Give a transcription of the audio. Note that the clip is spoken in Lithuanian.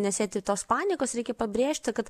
nesėti tos panikos reikia pabrėžti kad